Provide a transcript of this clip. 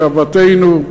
שוועתנו,